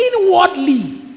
inwardly